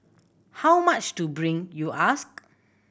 how much to bring you ask